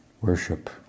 worship